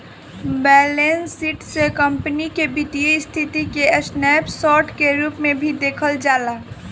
balance sheet से company के वित्तीय स्थिति के स्नैप शोर्ट के रूप में भी देखल जाला